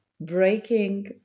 breaking